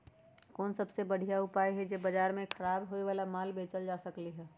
कोन सबसे बढ़िया उपाय हई जे से बाजार में खराब होये वाला माल बेचल जा सकली ह?